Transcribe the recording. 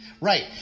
Right